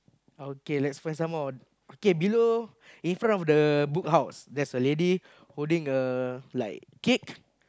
okay let us find some more okay below in front of the Book House there is a lady holding a like kid